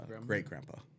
great-grandpa